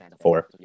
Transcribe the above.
four